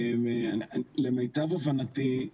למיטב הבנתי,